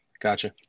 Gotcha